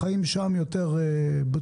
החיים שם יותר בטוחים?